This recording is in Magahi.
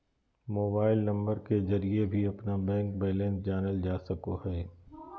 मोबाइल नंबर के जरिए भी अपना बैंक बैलेंस जानल जा सको हइ